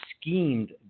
schemed